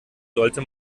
sollte